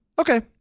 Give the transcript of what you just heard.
Okay